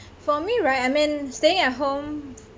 for me right I mean staying at home